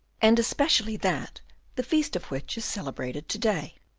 and especially that the feast of which is celebrated to-day.